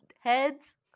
heads